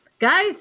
Guys